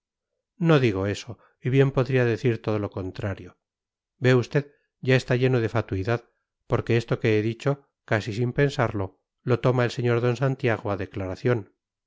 no digo eso y bien podría decir todo lo contrario ve usted ya está lleno de fatuidad porque esto que he dicho casi sin pensarlo lo toma el sr d santiago a declaración